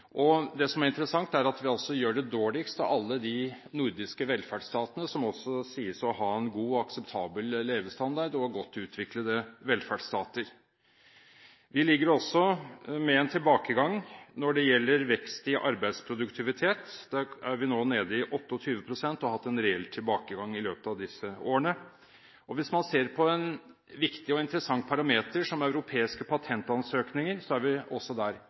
alle de nordiske velferdsstater, som også sies å ha en god og akseptabel levestandard og godt utviklete velferdsstater. Vi ligger også med en tilbakegang når det gjelder vekst i arbeidsproduktivitet. Der er vi nå nede i 28 pst. og har hatt en reell tilbakegang i løpet av disse årene. Hvis man ser på en viktig og interessant parameter som europeiske patentansøkninger, er vi også der